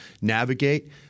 navigate –